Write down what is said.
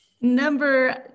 Number